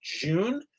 June